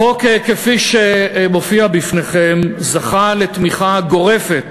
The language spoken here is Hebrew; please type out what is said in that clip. החוק כפי שמופיע בפניכם זכה לתמיכה גורפת